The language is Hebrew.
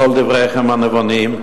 את כל דבריכם הנבונים,